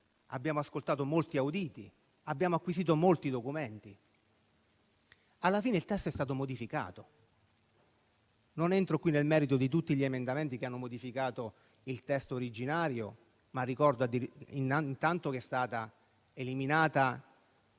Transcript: abbiamo ascoltato molti auditi, abbiamo acquisito molti documenti e alla fine il testo è stato modificato. In questa sede non entro nel merito di tutti gli emendamenti che hanno modificato il testo originario, ma intanto ricordo che è stata eliminata